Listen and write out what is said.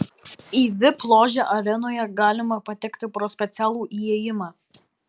į vip ložę arenoje galima patekti pro specialų įėjimą